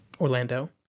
Orlando